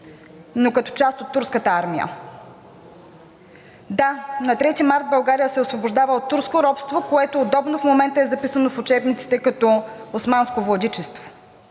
но като част от турската армия. Да, на Трети март България се освобождава от турско робство, което удобно в момента е записано в учебниците като „османско владичество“.